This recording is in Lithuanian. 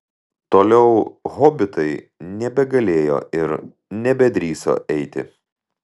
toliau hobitai nebegalėjo ir nebedrįso eiti